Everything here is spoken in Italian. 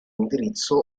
indirizzo